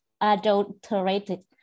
adulterated